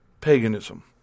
paganism